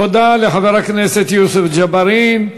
תודה לחבר הכנסת יוסף ג'בארין.